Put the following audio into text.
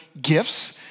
gifts